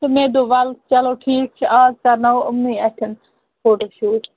تہٕ مےٚ دوٚپ وَلہٕ چلو ٹھیٖک چھُ اَز کَرناوو یِمنٕے اَتھٮ۪ن فوٹوٗ شوٗٹ